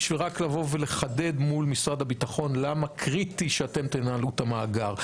בשביל רק לבוא ולחדד מול משרד הביטחון למה קריטי שאתם תנהלו את המאגר.